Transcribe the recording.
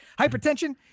Hypertension